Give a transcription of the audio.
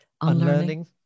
unlearning